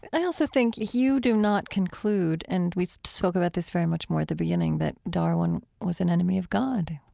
i also think you do not conclude, and we spoke about this very much more at the beginning, that darwin was an enemy of god.